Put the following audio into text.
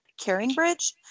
CaringBridge